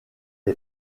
est